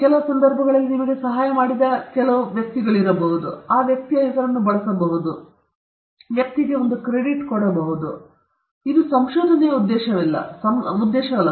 ಕೆಲವು ಸಂದರ್ಭಗಳಲ್ಲಿ ಯಾರಾದರೂ ನಿಮಗೆ ಸಹಾಯ ಮಾಡಿದ ಕಾರಣ ನೀವು ಬಳಸಬೇಕು ಅಥವಾ ನಾವು ಆ ವ್ಯಕ್ತಿಯ ಹೆಸರನ್ನು ಬಳಸಬಹುದು ಆ ವ್ಯಕ್ತಿಯ ಹೆಸರನ್ನು ಇರಿಸಿಕೊಳ್ಳಿ ಆ ವ್ಯಕ್ತಿಯು ಒಂದು ಕ್ರೆಡಿಟ್ ಪ್ರಕಟಣೆ ಪಡೆಯಬಹುದು ಆದರೆ ಇದು ಸಂಶೋಧನೆಯ ಉದ್ದೇಶವಲ್ಲ